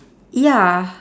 ya